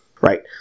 right